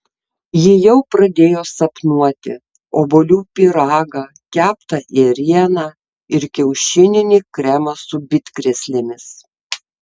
ji jau pradėjo sapnuoti obuolių pyragą keptą ėrieną ir kiaušininį kremą su bitkrėslėmis